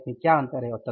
लागत में क्या अंतर है